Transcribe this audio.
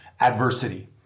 adversity